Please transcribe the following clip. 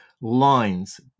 lines